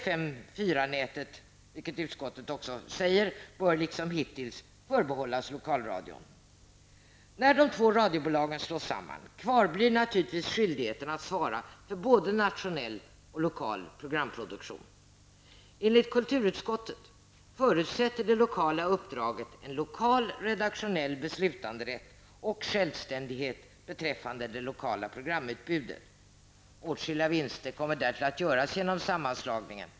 FM 4-nätet, vilket utskottet också säger, bör liksom hittills förbehållas lokalradion. När de två radiobolagen slås samman kvarblir naturligtvis skyldigheten att svara för både nationell och lokal programproduktion. Enligt kulturutskottet förutsätter det lokala uppdraget en lokal redaktionell beslutanderätt och självständighet beträffande det lokala programutbudet. Åtskilliga vinster kommer därtill att göras genom sammanslagningen.